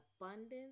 abundance